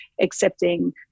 accepting